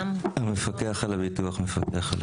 המפקח על הביטוח מפקח.